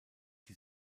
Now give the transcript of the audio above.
die